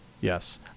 yes